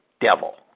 devil